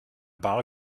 bar